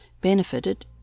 benefited